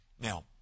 Now